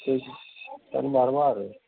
ସେଇ ତାକୁ ମାରମା ଆରୁ